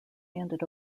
handed